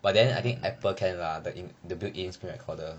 but then I think apple can lah the build in screen recorder